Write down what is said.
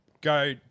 Go